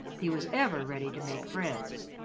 he was ever ready to make friends.